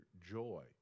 joy